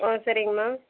ஓ சரிங்க மேம்